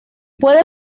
puede